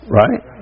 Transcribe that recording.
right